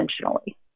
intentionally